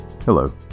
Hello